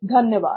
धन्यवाद